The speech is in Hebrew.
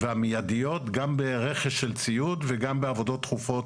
והמיידיות גם ברכש של ציוד וגם בעבודות דחופות